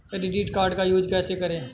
Credit card का use कैसे करें?